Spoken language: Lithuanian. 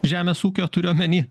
žemės ūkio turiu omeny